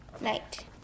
night